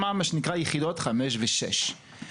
מה שנקרא יחידות 5 ו-6.